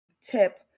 tip